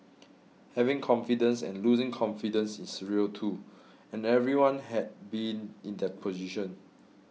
having confidence and losing confidence is real too and everyone has been in that position